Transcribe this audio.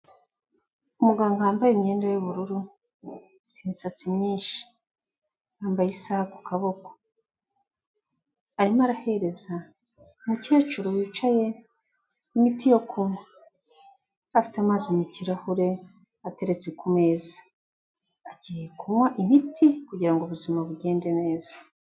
Umuganga yambaye imyenda y'ubururu, afite imisatsi yambaye isaha ku kaboko arimo arahereza umukecuru wicaye imiti yo kunywa afite amazi mu kirahure ateretse ku meza agiye kunywa imiti kugira ngo ubuzima bugende neza.